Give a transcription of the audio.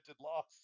loss